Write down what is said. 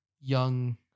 young